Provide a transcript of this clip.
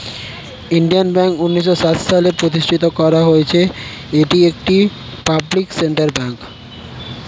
Indian bank উন্নিশো সাত সালে প্রতিষ্ঠিত করা হয়েছিল, এটি একটি পাবলিক সেক্টর ব্যাঙ্ক